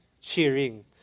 cheering